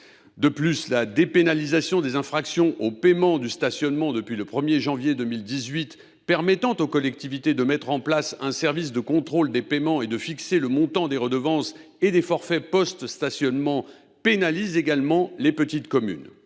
De plus, la dépénalisation des infractions au paiement du stationnement depuis le 1 janvier 2018 permet aux collectivités territoriales de mettre en place un service de contrôle des paiements et de fixer le montant des redevances et des forfaits de post stationnement, ce qui pénalise également les petites communes,